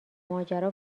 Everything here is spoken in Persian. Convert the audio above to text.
ماجرا